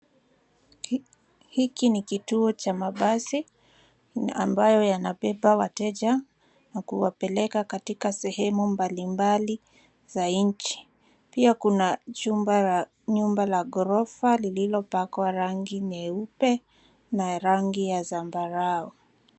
Hiki ni kituo cha mabasi ambayo yanabeba wateja na kuwapeleka katika sehemu mbalimbali za nchi. Pia kuna nyumba la ghorofa lililopakwa rangi nyeupe na rangi ya zambarau.